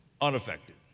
unaffected